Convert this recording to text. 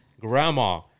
grandma